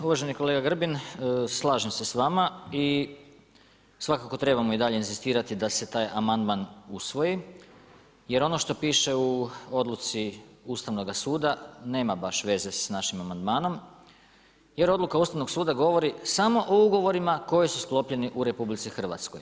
Uvaženi kolega Grbin slažem se s vama i svako trebamo i dalje inzistirati da se taj amandman usvoji jer ono što piše u odluci Ustavnoga suda nema baš veze sa našim amandmanom jer odluka Ustavnog suda govori samo o ugovorima koji su sklopljeni u RH.